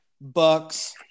Bucks